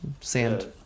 Sand